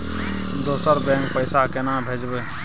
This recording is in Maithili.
दोसर बैंक पैसा केना भेजबै?